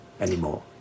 anymore